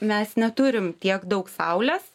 mes neturim tiek daug saulės